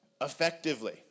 effectively